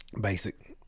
Basic